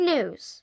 News